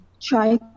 try